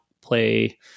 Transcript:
play